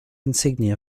insignia